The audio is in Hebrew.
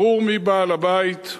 ברור מי בעל הבית.